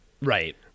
right